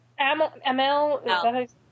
ml